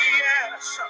yes